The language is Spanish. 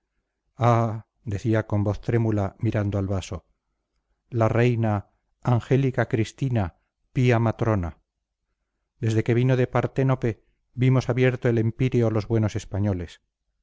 decía con trémula voz mirando al vaso la reina angélica cristina pía matrona desde que vino de parténope vimos abierto el empíreo los buenos españoles